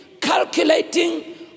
calculating